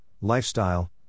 lifestyle